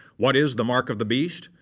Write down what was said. what is the mark of the beast?